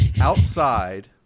outside